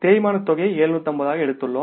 தேய்மானத் தொகையை 750 ஆக எடுத்துள்ளோம்